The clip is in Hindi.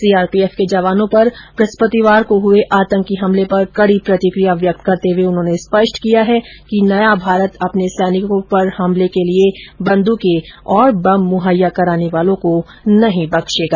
सीआरपीएफ के जवानों पर बृहस्पतिवार को हुए आतंकी हमले पर कड़ी प्रतिक्रिया व्यक्त करते हुए उन्होंने स्पष्ट किया है कि नया भारत अपने सैनिकों पर हमले के लिए बंदूकों और बम मुहैया कराने वालों को नहीं बख्शेगा